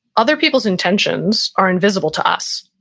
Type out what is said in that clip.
other people's intentions are invisible to us,